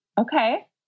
Okay